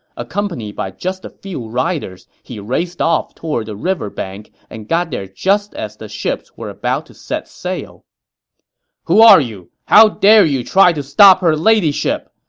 accompanied by just a few riders, he raced off toward the river bank and got there just as the ships were about to set sail who are you! how dare you try to stop her ladyship!